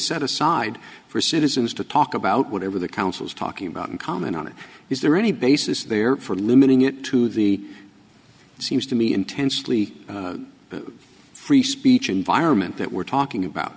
set aside for citizens to talk about whatever the council is talking about and comment on is there any basis there for limiting it to the it seems to me intensely free speech environment that we're talking about